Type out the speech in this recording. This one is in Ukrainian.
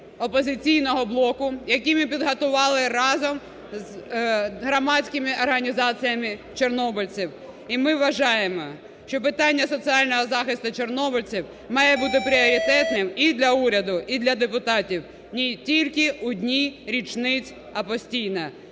"Опозиційного блоку", які ми підготували разом з громадськими організаціями чорнобильців. І ми вважаємо, що питання соціального захисту чорнобильців має бути пріоритетним і для уряду, і для депутатів не тільки у дні річниць, а постійно.